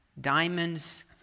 Diamonds